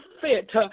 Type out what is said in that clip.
fit